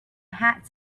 hat